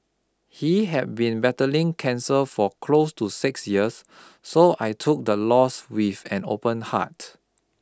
he had been battling cancer for close to six years so I took the loss with an open heart